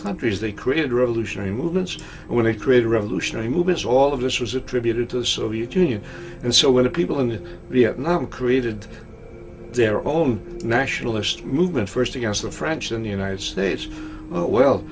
countries they created revolutionary movements when it created revolutionary movements all of this was attributed to the soviet union and so when the people in vietnam created their own nationalist movement first against the french in the united states well